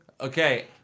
Okay